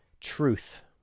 truth